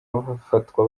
bafatwa